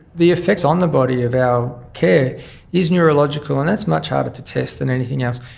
the effects on the body of our care is neurological, and that's much harder to test than anything else.